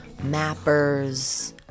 mappers